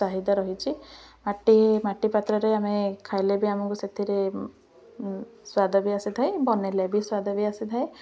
ଚାହିଦା ରହିଛି ମାଟି ମାଟି ପାତ୍ରରେ ଆମେ ଖାଇଲେ ବି ଆମକୁ ସେଥିରେ ସାଦ ବି ଆସିଥାଏ ବନାଇଲେ ବି ସ୍ୱାଦ ବି ଆସିଥାଏ